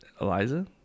Eliza